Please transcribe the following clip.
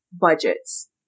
budgets